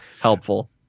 helpful